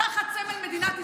תחת סמל מדינת ישראל,